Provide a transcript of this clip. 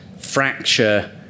fracture